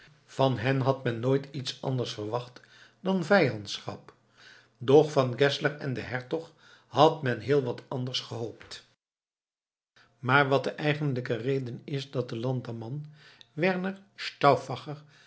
van hen had men nooit iets anders verwacht dan vijandschap doch van geszler en den hertog had men heel wat anders gehoopt maar wat de eigenlijke reden is dat de landamman werner